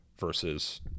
versus